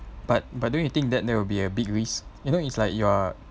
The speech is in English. but but don't you think that there will be a big risk you know it's like you are